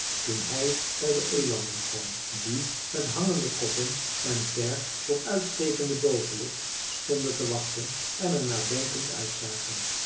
toen hij bij de elanden kwam die met hangende koppen en ver vooruitstekende bovenlip stonden te wachten en er nadenkend uitzagen